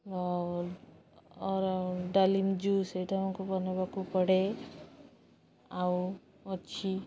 ଆଉ ଡାଲିମ୍ବ ଜୁସ୍ ସେଇଟା ଆମକୁ ବନେଇବାକୁ ପଡ଼େ ଆଉ ଅଛି